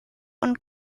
und